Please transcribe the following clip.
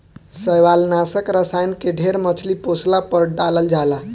शैवालनाशक रसायन के ढेर मछली पोसला पर डालल जाला